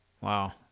Wow